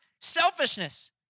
selfishness